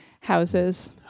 houses